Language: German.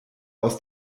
aus